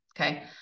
Okay